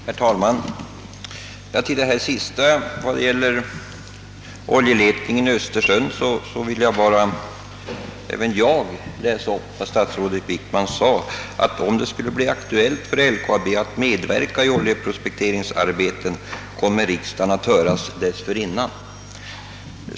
Herr talman! I fråga om oljeletningen i Östersjön vill även jag upprepa vad statsrådet Wickman sade, nämligen att »om det skulle bli aktuellt för LKAB att medverka i oljeprospekteringsarbeten kommer riksdagen att höras dessförinnan».